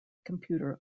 computer